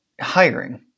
hiring